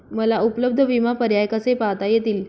मला उपलब्ध विमा पर्याय कसे पाहता येतील?